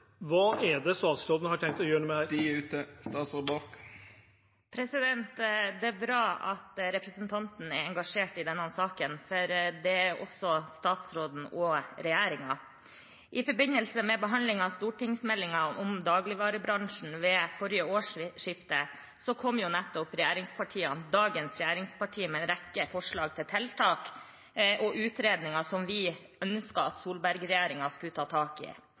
Hva har statsråden tenkt å gjøre med dette? Det er bra at representanten er engasjert i denne saken. Det er også statsråden og regjeringen. I forbindelse med behandlingen av stortingsmeldingen om dagligvarebransjen ved forrige årsskifte kom nettopp regjeringspartiene – dagens regjeringsparti – med en rekke forslag til tiltak og utredninger vi ønsket at Solberg-regjeringen skulle ta tak i.